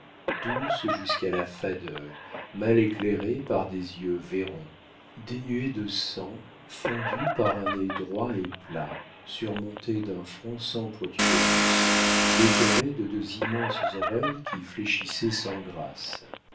douce jusqu'à la fadeur mal éclairée par des yeux vairons dénuée de sang fendue par un nez droit et plat surmontée d'un front sans protubérance décorée de deux immenses oreilles qui fléchissaient sans grâce